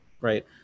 right